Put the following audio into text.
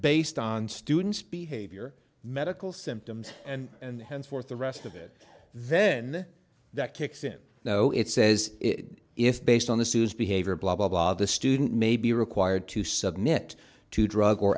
based on student's behavior medical symptoms and henceforth the rest of it then that kicks in no it says if based on the sue's behavior blah blah blah the student may be required to submit to drug or